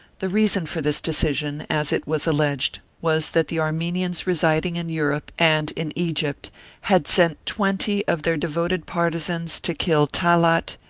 the reason for this decision, as it was alleged, was that the armenians residing in europe and in egypt had sent twenty of their devoted partisans to kill talaat,